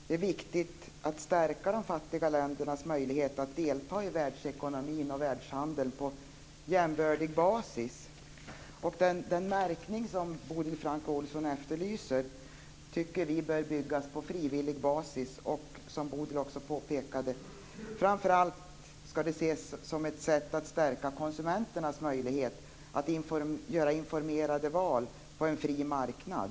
Det är viktigt att stärka de fattiga ländernas möjlighet att delta i världsekonomin och världshandeln på jämbördig basis. Den märkning som Bodil Francke Ohlsson efterlyser bör enligt vår mening bygga på frivillig basis, och den skall, som Bodil också påpekade, framför allt ses som ett sätt att stärka konsumenternas möjlighet att göra informerade val på en fri marknad.